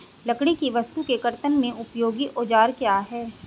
लकड़ी की वस्तु के कर्तन में उपयोगी औजार क्या हैं?